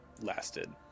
lasted